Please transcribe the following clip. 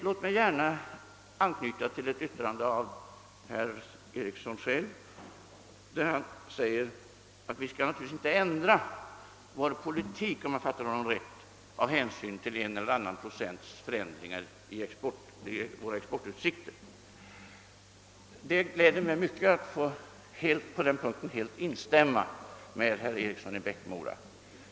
Låt mig också anknyta till ett yttrande av herr Eriksson själv, som om jag fattade honom rätt innebar att vi naturligtvis inte skall ändra vår politik av hänsyn till en eller annan procents förändring av våra exportutsikter. Det gläder mig mycket att på denna punkt helt få instämma med herr Eriksson i Bäckmora.